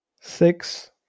Six